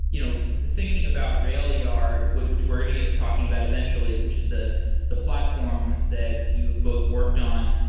you know thinking about railyard, which we're going to get to talking about eventually, which is the the platform that you have both worked on.